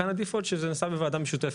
כאן ה-default שזה נעשה בוועדה משותפת.